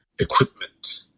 equipment